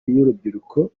y’urubyiruko